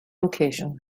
location